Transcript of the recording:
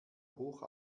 hoch